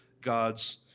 God's